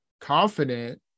confident